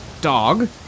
dog